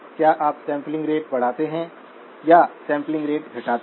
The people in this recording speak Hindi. क्या आप सैंपलिंग रेट बढ़ाते हैं या सैंपलिंग रेट घटाते हैं